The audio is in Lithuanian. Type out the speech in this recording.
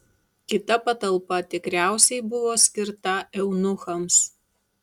kita patalpa tikriausiai buvo skirta eunuchams